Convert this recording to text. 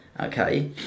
okay